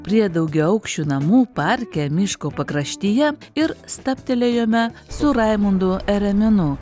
prie daugiaaukščių namų parke miško pakraštyje ir stabtelėjome su raimundu ereminu